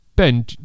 Ben